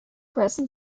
resin